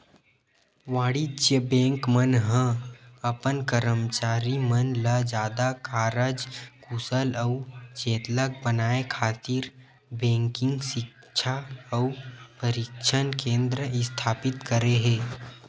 वाणिज्य बेंक मन ह अपन करमचारी मन ल जादा कारज कुसल अउ चेतलग बनाए खातिर बेंकिग सिक्छा अउ परसिक्छन केंद्र इस्थापित करे हे